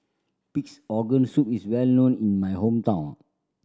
Pig's Organ Soup is well known in my hometown